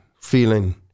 feeling